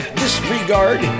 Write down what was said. disregard